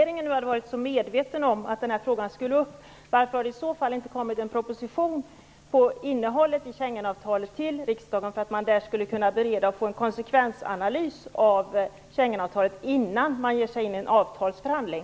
Om regeringen har varit så medveten om att denna fråga skulle tas upp, varför har det inte kommit en proposition om innehållet i Schengenavtalet till riksdagen? Då hade man kunnat bereda frågan och få en konsekvensanalys av Schengenavtalet innan regeringen ger sig in i en avtalsförhandling.